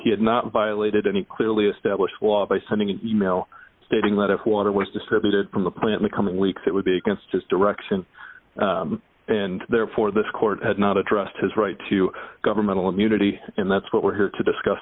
he had not violated any clearly established law by sending an email stating that if water was distributed from the plant the coming weeks it would be against his direction and therefore this court had not addressed his right to governmental immunity and that's what we're here to discuss